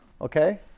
Okay